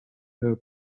her